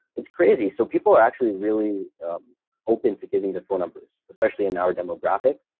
it's crazy. so people are actually really open to giving the phone numbers, especially in our demographic.